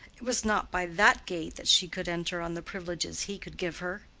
it was not by that gate that she could enter on the privileges he could give her.